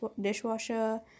dishwasher